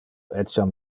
etiam